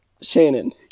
Shannon